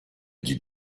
gli